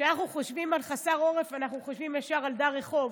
כשאנחנו חושבים על חסר עורף אנחנו חושבים ישר על דר רחוב,